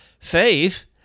Faith